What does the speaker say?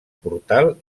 portal